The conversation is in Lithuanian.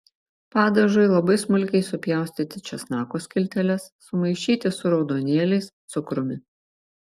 padažui labai smulkiai supjaustyti česnako skilteles sumaišyti su raudonėliais cukrumi